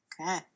Okay